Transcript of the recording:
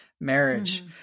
marriage